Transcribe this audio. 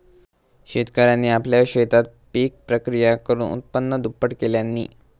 शेतकऱ्यांनी आपल्या शेतात पिक प्रक्रिया करुन उत्पन्न दुप्पट केल्यांनी